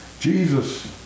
Jesus